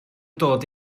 dod